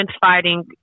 fighting